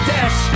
Dash